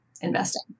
investing